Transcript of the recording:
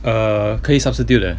err 可以 substitute 的